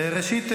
ראשית,